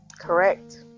correct